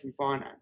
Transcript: refinance